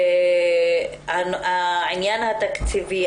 והעניין התקציבי.